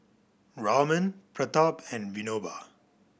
Raman Pratap and Vinoba